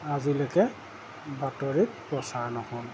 আজিলৈকে বাতৰিত প্ৰচাৰ নহ'ল